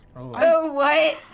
oh, what?